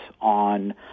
on